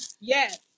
Yes